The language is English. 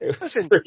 Listen